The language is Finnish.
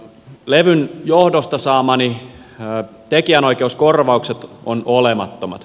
levyn johdosta saamani tekijänoikeuskorvaukset ovat olemattomat